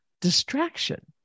distraction